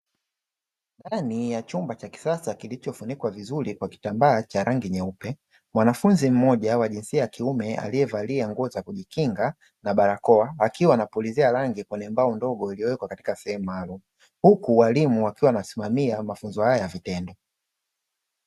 Ndani ya chumba cha kisasa kilichofunikwa vizuri kwa kitambaa cha rangi nyeupe. Mwanafunzi mmoja wa jinsia ya kiume aliyevalia nguo za kujikinga na barakoa, akiwa anapulizia rangi kwenye mbao ndogo, iliyowekwa katika sehemu maalumu. Huku waalimu wakiwa wanasimamia mafunzo haya ya vitendo.